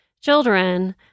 children